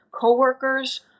coworkers